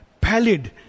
pallid